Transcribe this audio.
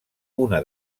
una